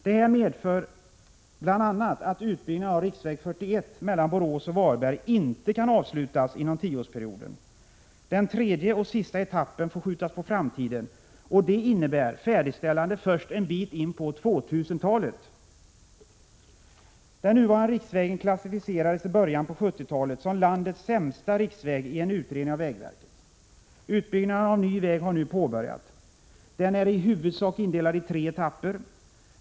Det här medför bl.a. att utbyggnaden av riksväg 41 mellan Borås och Varberg inte kan avslutas inom tioårsperioden. Den tredje och sista etappen får skjutas på framtiden, dvs. färdigställas först en bit in på 2000-talet. Den nuvarande riksvägen klassificerades i början av 70-talet som landets sämsta riksväg i en utredning av vägverket. Utbyggnaden av en ny väg har nu påbörjats. Den är i huvudsak indelad i tre etapper.